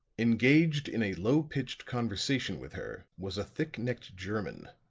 engaged in a low-pitched conversation with her was a thick-necked german,